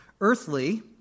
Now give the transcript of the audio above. earthly